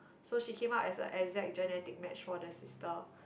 so she came out as a exact genetic match for her sister